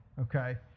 okay